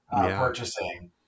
purchasing